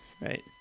Right